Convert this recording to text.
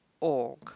org